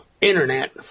internet